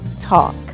Talk